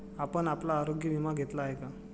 आपण आपला आरोग्य विमा घेतला आहे का?